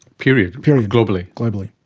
period? period. globally? globally.